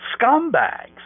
scumbags